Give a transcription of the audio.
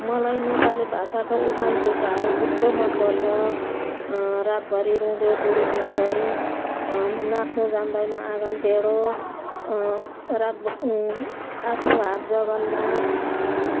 मलाई नेपाली भाषाको उखान तुक्काहरू थुप्रो मन पर्छ रातभरि रुँग्यो बुढी जिउँदै नाँच्नु जान्दैन आँगन टेढो रातभरि आफ्नो हात जगन्नाथ